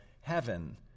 heaven